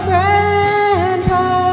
Grandpa